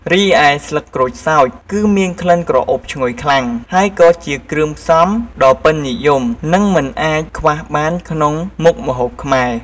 រីឯស្លឹកក្រូចសើច គឺមានក្លិនក្រអូបឈ្ងុយខ្លាំង ហើយក៏វាជាគ្រឿងផ្សំដ៏ពេញនិយម និងមិនអាចខ្វះបានក្នុងមុខម្ហូបខ្មែរ។